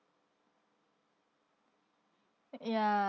ya